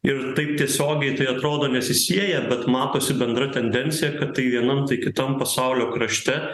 ir taip tiesiogiai tai atrodo nesisieja bet matosi bendra tendencija kad tai vienam tai kitam pasaulio krašte